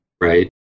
right